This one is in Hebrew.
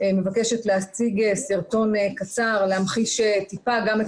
אני מבקשת להציג סרטון קצר להמחיש טיפה גם את